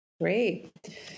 great